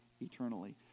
eternally